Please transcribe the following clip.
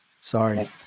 sorry